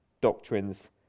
doctrines